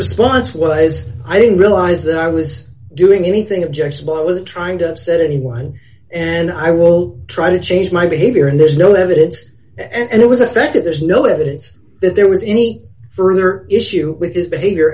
response was i didn't realize that i was doing anything objectionable i was trying to upset anyone and i will try to change my behavior and there's no evidence and it was affected there's no evidence that there was any further issue with his behavior